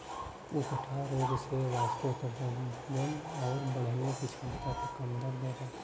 उकठा रोग से वाष्पोत्सर्जन आउर बढ़ने की छमता के कम कर देला